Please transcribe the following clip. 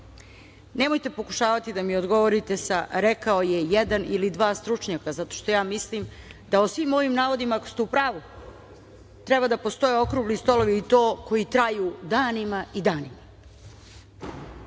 Nemojte pokušavati da mi odgovorite sa - rekao je jedan ili dva stručnjaka, zato što ja mislim da o svim ovim navodima, ako ste u pravu, treba da postoje okrugli stolovi i to koji traju danima i danima. Treća